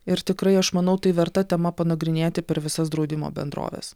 ir tikrai aš manau tai verta tema panagrinėti per visas draudimo bendroves